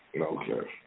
Okay